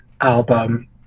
album